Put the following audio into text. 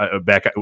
back